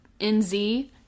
NZ